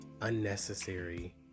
unnecessary